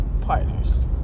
partners